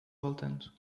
voltando